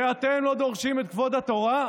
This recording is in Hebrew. ואתם לא דורשים את כבוד התורה?